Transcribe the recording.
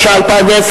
התש"ע 2010,